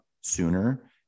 sooner